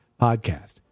podcast